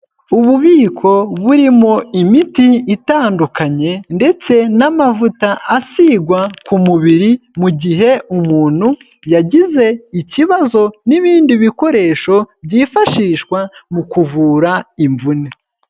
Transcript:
Ububiko burimo imiti itandukanye ndetse n'amavuta asigwa ku mubiri mu gihe umuntu yagize ikibazo n'ibindi bikoresho byifashishwa mu kuvura imvune.